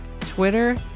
Twitter